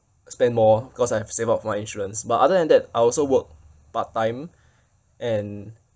spend more cause I have save up for my insurance but other than that I also work part time and